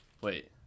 Wait